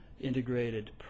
integrated